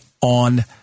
on